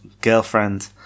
girlfriend